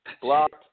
Blocked